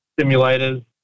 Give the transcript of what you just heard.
simulators